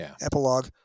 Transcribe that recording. epilogue